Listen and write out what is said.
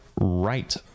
right